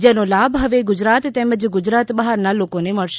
જેનો લાભ ગુજરાત તેમજ ગુજરાત બહારના લોકોને મળશે